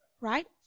right